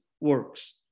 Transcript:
works